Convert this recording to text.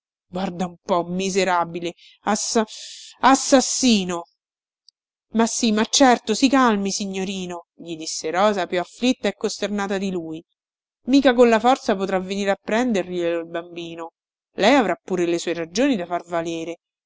guarda un po miserabile assa assassino ma sì ma certo si calmi signorino gli disse rosa più afflitta e costernata di lui mica con la forza potrà venire a prenderglielo il bambino lei avrà pure le sue ragioni da far valere